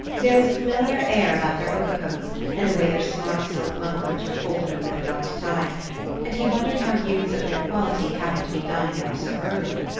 there was a familiar air about their overcoats and the way their smart silk mufflers were folded over their white ties and he wondered how youths of their quality happened to be dining out so early.